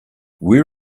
where